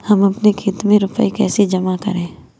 हम अपने खाते में रुपए जमा कैसे करें?